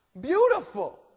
Beautiful